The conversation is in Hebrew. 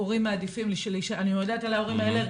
הורים מעדיפים, אני יודעת על ההורים האלרגיים,